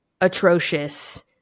atrocious